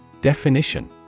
Definition